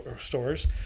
stores